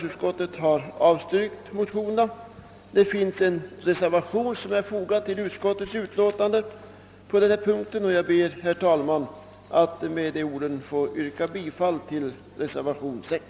Utskottet har emellertid avstyrkt motionerna. Det finns på denna punkt en reservation fogad till utskottets utlåtande, och jag ber, herr talman, att med dessa ord få yrka bifall till reservation 6.